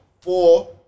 four